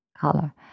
color